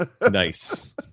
Nice